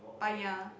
Paya